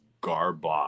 garbage